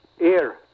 air